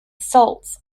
salts